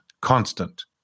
constant